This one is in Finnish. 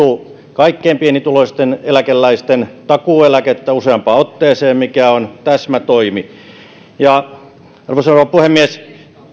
kaikkein pienituloisimpien eläkeläisten takuueläkettä useampaan otteeseen mikä on täsmätoimi arvoisa rouva puhemies